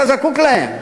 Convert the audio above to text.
אתה זקוק להם.